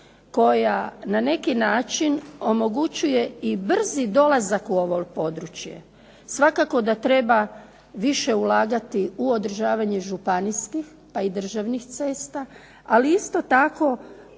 koja na neki način omogućuje i brzi dolazak u ovo područje. Svakako da treba više ulagati u održavanje županijskih pa i državnih cesta ali isto tako